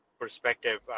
perspective